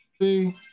See